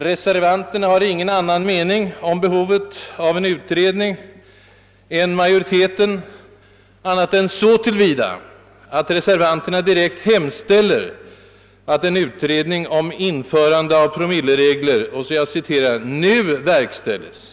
Reservanterna har ingen annan mening om behovet av en utredning än majoriteten bortsett från att de direkt hemställer att en utredning om införande av promilleregler nu verkställes.